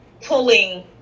pulling